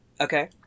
Okay